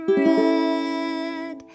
red